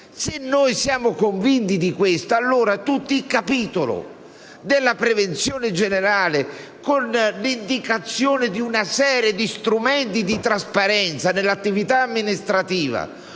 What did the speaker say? Se siamo convinti di questo, allora tutto il capitolo della prevenzione generale è l'indicazione sia di una serie di strumenti di trasparenza dell'attività amministrativa